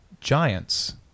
giants